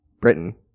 Britain